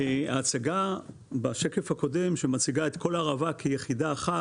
הצגה בשקף הקודם שמציגה את כל הערבה כיחידה אחת,